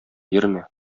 йөрмә